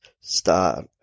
start